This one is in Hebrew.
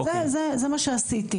זה מה שעשיתי.